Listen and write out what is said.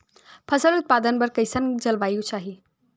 फसल उत्पादन बर कैसन जलवायु चाही?